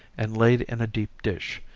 and laid in a deep dish,